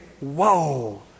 whoa